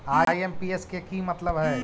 IMPS के कि मतलब है?